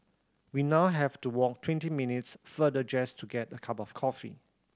we now have to walk twenty minutes farther just to get a cup of coffee